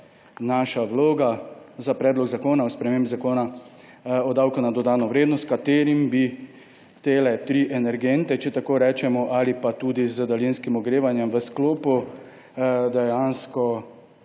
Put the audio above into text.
naše vloga za Predlog zakona o spremembi Zakona o davku na dodano vrednost, s katerim bi za te tri energente, če tako rečemo, ali tudi z daljinskim ogrevanjem v sklopu, dejansko